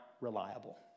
reliable